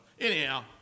Anyhow